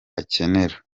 akenera